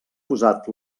posat